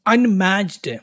Unmatched